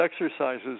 exercises